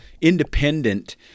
independent